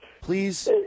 Please